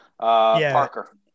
Parker